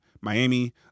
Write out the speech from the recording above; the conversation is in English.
Miami